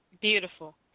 Beautiful